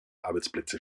arbeitsplätze